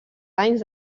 anys